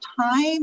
time